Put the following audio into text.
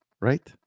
right